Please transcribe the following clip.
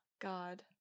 God